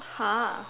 !huh!